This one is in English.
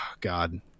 god